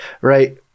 Right